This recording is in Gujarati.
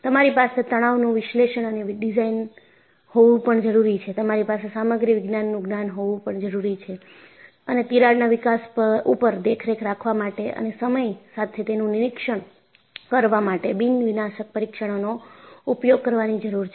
તમારી પાસે તણાવનું વિશ્લેષણ અને ડિઝાઇન હોવું પણ જરૂરી છે તમારી પાસે સામગ્રી વિજ્ઞાન નું જ્ઞાન હોવું પણ જરૂરી છે અને તિરાડના વિકાસ ઉપર દેખરેખ રાખવા માટે અને સમય સાથે તેનું નિરીક્ષણ કરવા માટે બિન વિનાશક પરીક્ષણનો ઉપયોગ કરવાની જરૂર છે